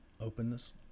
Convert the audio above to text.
openness